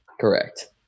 Correct